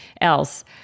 else